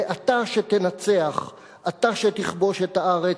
ואתה שתנצח!/ אתה שתכבוש את הארץ,